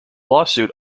lawsuit